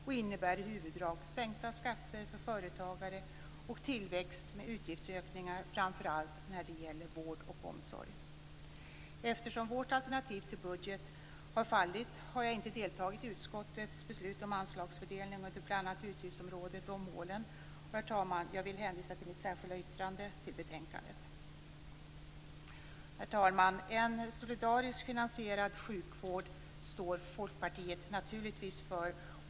Det innebär i huvuddrag sänkta skatter för företagare och tillväxt med utgiftsökningar framför allt när det gäller vård och omsorg. Eftersom vårt alternativ till budget har fallit, har jag inte deltagit i utskottets beslut om anslagsfördelning under bl.a. utgiftsområdet och målen och, herr talman, jag vill hänvisa till mitt särskilda yttrande i betänkandet. Herr talman! Folkpartiet står naturligtvis för en solidariskt finansierad sjukvård.